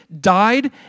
died